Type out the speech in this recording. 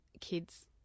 kids